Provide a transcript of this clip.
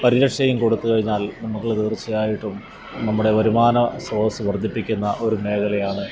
പരിരക്ഷയും കൊടുത്തു കഴിഞ്ഞാൽ നമുക്ക് തീർച്ചയായിട്ടും നമ്മുടെ വരുമാന സ്രോതസ്സ് വർദ്ധിപ്പിക്കുന്ന ഒരു മേഖലയാണ്